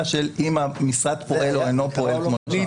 האם המשרד פועל או אינו פועל כמו שצריך.